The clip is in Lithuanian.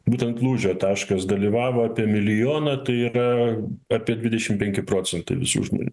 būtent lūžio taškas dalyvavo apie milijoną tai yra apie dvidešim penki procentai visų žmonių